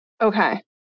Okay